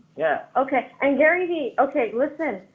yeah okay, and gary vee, okay listen,